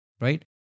Right